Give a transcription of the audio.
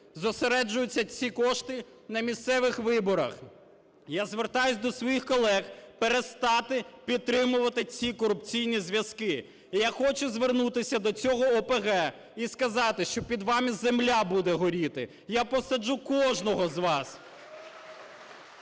зосереджуються ці кошти на місцевих виборах. Я звертаюся до своїх колег перестати підтримувати ці корупційні зв'язки. І я хочу звернутися до цього ОПГ і сказати, що під вами земля буде горіти! Я посаджу кожного з вас!